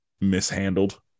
mishandled